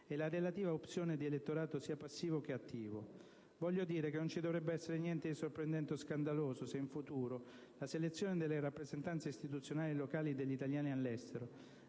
e la relativa opzione di elettorato sia passivo che attivo. Voglio dire che non ci dovrebbe essere niente di sorprendente o scandaloso se, in futuro, la selezione delle rappresentanze istituzionali locali degli italiani all'estero